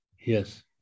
Yes